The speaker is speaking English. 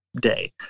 day